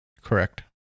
Correct